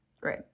Great